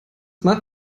macht